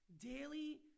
daily